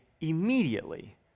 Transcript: immediately